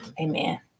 amen